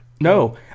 No